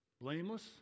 blameless